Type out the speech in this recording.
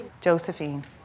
Josephine